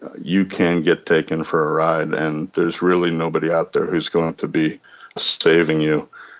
you can get taken for a ride, and there's really nobody out there who is going to be saving you.